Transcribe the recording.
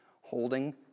Holding